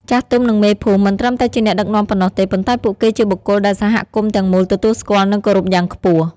ចាស់ទុំ និងមេភូមិ មិនត្រឹមតែជាអ្នកដឹកនាំប៉ុណ្ណោះទេ ប៉ុន្តែពួកគេជាបុគ្គលដែលសហគមន៍ទាំងមូលទទួលស្គាល់ និងគោរពយ៉ាងខ្ពស់។